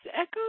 Echo